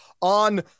On